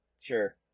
sure